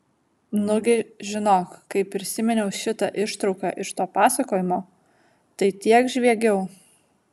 nugi žinok kai prisiminiau šitą ištrauką iš to pasakojimo tai tiek žviegiau